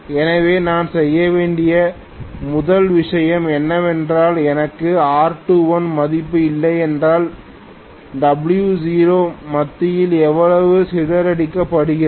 எனவே நான் செய்ய வேண்டிய முதல் விஷயம் என்னவென்றால் எனக்குR21 மதிப்பு இல்லையென்றால் W0 மத்தியில் எவ்வளவு சிதறடிக்கப்படுகிறது